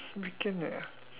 weekend where